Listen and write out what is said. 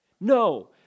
No